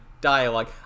dialogue